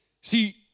see